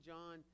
John